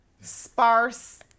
sparse